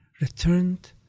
returned